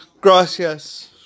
gracias